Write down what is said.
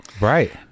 Right